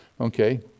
Okay